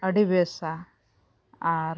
ᱟᱹᱰᱤ ᱵᱮᱥᱟ ᱟᱨ